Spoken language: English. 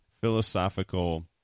philosophical